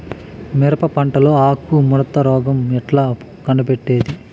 మిరప పంటలో ఆకు ముడత రోగం ఎట్లా కనిపెట్టేది?